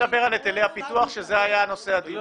אין דבר כזה פטור לכפר נוער.